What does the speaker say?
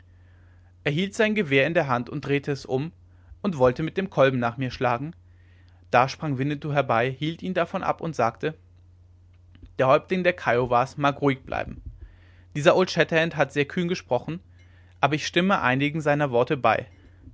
hielt sein gewehr in der hand drehte es um und wollte mit dem kolben nach mir schlagen da sprang winnetou herbei hielt ihn davon ab und sagte der häuptling der kiowas mag ruhig bleiben dieser old shatterhand hat sehr kühn gesprochen aber ich stimme einigen seiner worte bei